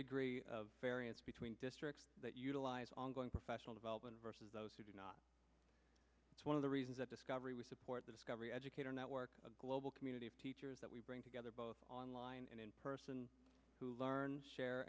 degree of variance between districts that utilize ongoing professional development versus those who do not one of the reasons that discovery will support the discovery educator network a global community of teachers that we bring together both online and in person who learns share